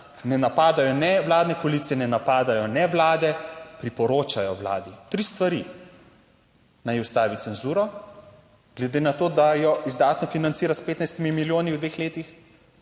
ne napadajo ne vladne koalicije, ne napadajo ne vlade. Priporočajo vladi tri stvari: naj ustavi cenzuro glede na to, da jo izdatno financira s 15 milijoni v dveh letih,